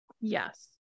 Yes